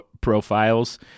profiles